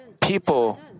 people